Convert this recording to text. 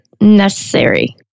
necessary